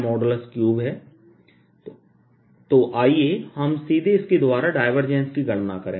3 है तो आइए हम सीधे इसके द्वारा डायवर्जेंस की गणना करें